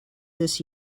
this